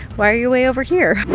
why are you way over here?